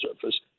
surface